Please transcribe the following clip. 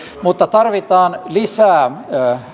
mutta tarvitaan lisää